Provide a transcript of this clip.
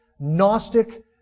Gnostic